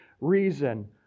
reason